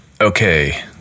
okay